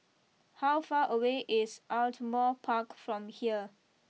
how far away is Ardmore Park from here